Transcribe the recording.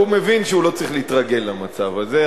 הוא מבין שהוא לא צריך להתרגל למצב הזה.